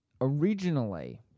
Originally